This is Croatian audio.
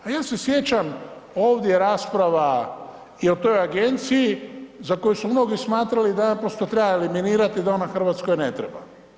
A ja se sjećam ovdje je rasprava i o toj agenciji, za koju su mnogi smatrali da naprosto treba eliminirati, da ona Hrvatskoj ne treba.